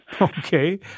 Okay